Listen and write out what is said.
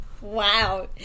wow